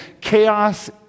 chaos